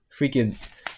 freaking